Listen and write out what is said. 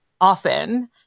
often